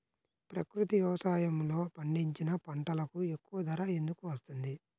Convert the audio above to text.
ప్రకృతి వ్యవసాయములో పండించిన పంటలకు ఎక్కువ ధర ఎందుకు వస్తుంది?